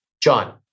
John